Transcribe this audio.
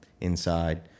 inside